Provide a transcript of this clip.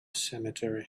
cemetery